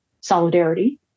solidarity